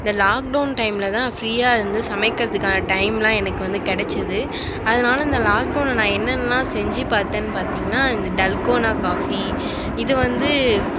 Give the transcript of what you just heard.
இந்த லாக்டவுன் டைம்லே தான் நான் ஃப்ரீயாக இருந்து சமைக்கிறதுக்கான டைம்லாம் எனக்கு வந்து கிடச்சுது அதனால் இந்த லாக்டவுனில் நான் என்னென்னலாம் செஞ்சு பார்த்தேன்னு பார்த்திங்கன்னா இந்த டால்கோனா காஃபி இது வந்து